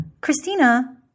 Christina